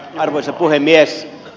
arvoisa puhemies